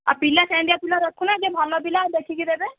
ଆଉ ପିଲା ସେମିତିଆ ପିଲା ରଖୁନ ଯିଏ ଭଲ ପିଲା ଦେଖିକି ଦେବେ